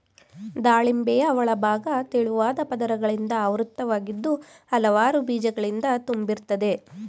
ದಾಳಿಂಬೆಯ ಒಳಭಾಗ ತೆಳುವಾದ ಪದರಗಳಿಂದ ಆವೃತವಾಗಿದ್ದು ಹಲವಾರು ಬೀಜಗಳಿಂದ ತುಂಬಿರ್ತದೆ